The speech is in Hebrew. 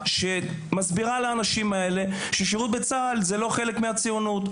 שמסבירה לאנשים האלה ששירות בצה"ל זה לא חלק מהציונות.